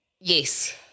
yes